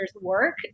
work